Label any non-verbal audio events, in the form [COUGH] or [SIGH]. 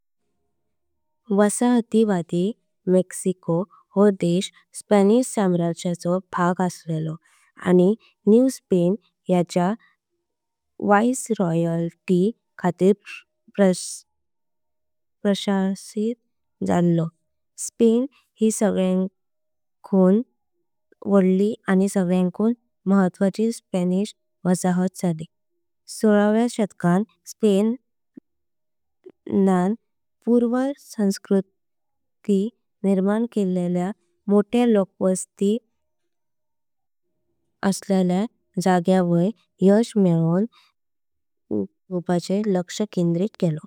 वासाहतीवादी मक्सिको हो देश स्पॅनिश साम्राज्याचो भाग। असलो लो आणि न्यू स्पेन याच्या वाइसरॉयल्टी खातीर। [HESITATION] प्रशासित झालो न्यू स्पेन हे। [HESITATION] सगळ्यांकूं वाडली आणि सगळ्यांकूं। महत्वाची स्पॅनिश वासाहत जाली सोलाव्या शतकां। स्पेन [HESITATION] नां पूर्व [HESITATION] संस्कृती। निर्माण केलील्या मोठे लोकवस्ती असल्या जागयां। वैर यश मिळों [HESITATION] घेवपाचेर लक्ष केंद्रित केलो।